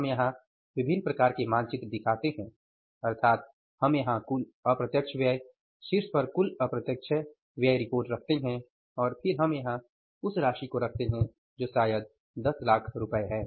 हम यहां विभिन्न प्रकार के मानचित्र दिखाते हैं अर्थात हम यहां कुल अप्रत्यक्ष व्यय शीर्ष पर कुल अप्रत्यक्ष व्यय रिपोर्ट रखते हैं और फिर हम यहां उस राशि को रखतें हैं जो शायद 10 लाख रुपये है